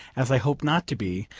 as i hope not to be,